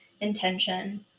intention